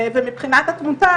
תודה רבה.